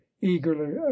eagerly